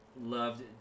loved